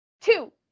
Two